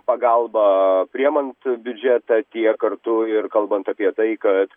pagalbą priimant biudžetą tiek kartų ir kalbant apie tai kad